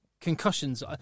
Concussions